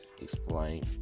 explain